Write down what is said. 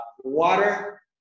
water